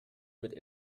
mit